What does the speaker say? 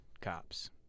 cops